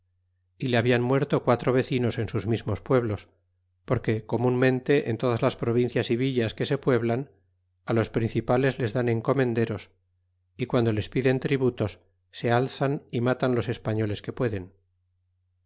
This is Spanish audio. y le hablan muerto quatro vecinos en sus mismos pueblos porque comunmente en todas las provincias y villas que se pueblan los prin cipales les dan encomenderos y guando les piden tributos se alzan y matan los españoles que pueden